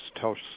tell